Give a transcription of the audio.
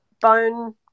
bone